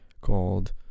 called